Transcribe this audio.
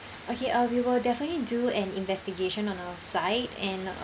okay uh we will definitely do an investigation on our side and